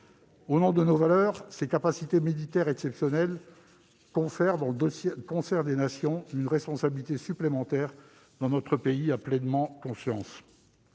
Au nom de nos valeurs, ces capacités militaires exceptionnelles confèrent, dans le concert des nations, une responsabilité supplémentaire dont notre pays a pleinement conscience.